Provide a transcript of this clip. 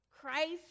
Christ